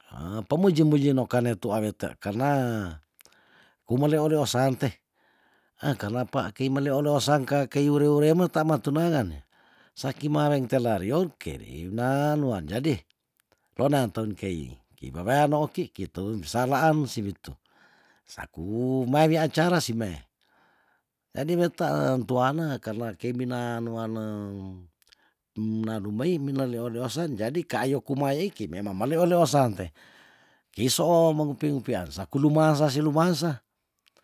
pemuji muji no kane tua wete karna kumeleoleosan teh eh karna pa kei meleoleolasan kang kei wure wuere me tama tunangan sa kimaweng te lariong kei reunan wan jadi ronan tong kei kei weweano oki kitoum sawaan si wituk saku mawia acara sime jadi wetaen tuana kei minaan wanem menanum bai mina leoleosen jadi kayo kuma eki memang maleoleosan te kei soo mengupi ngupian saku luma sasi lumas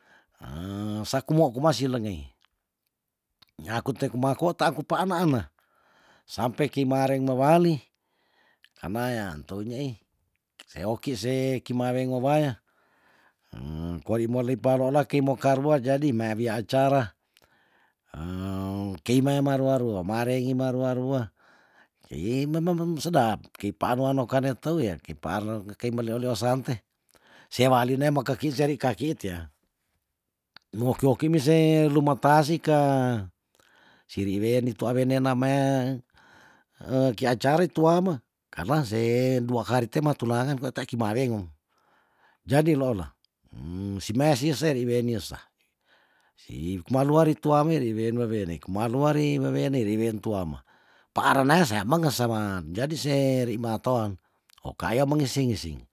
sakumo kuma si lengei nyaku te kumaa kuo taaku pa ana ana sampe kei mareng mewali karna ya tou nyei se oki se kimaweng meway kori molimpaa nola kei mo karua jadi meawia acar kei mea maarua rua maarengi maarua rua kei mememeng sedap kei paan wano kane teu ya ki paar le ne kei meleoleosan teh sea walina makeki seri kaki tia mu oki oki mise lumotaa sika siri weni tua wene nam ki acarai tuama karna se dua hari te matunangan kwa tea ki maawengom jadi loola si mei si seri wenir sa si kumaluari tuame ri wean wewene kumaan wari wewene wi wen tuama paara naya sea mengesemen jadi se rei maatoan okaya mengising ngising